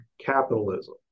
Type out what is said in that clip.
capitalism